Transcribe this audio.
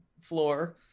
floor